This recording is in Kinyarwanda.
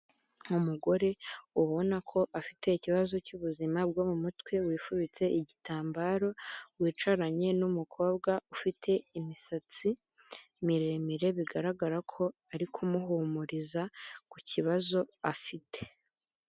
Umugore ubona ko afite ikibazo cy'ubuzima bwo mu mutwe wifubitse igitambaro wicaranye n'umukobwa ufite imisatsi miremire bigaragara ko ari kumuhumuriza kibazo afite.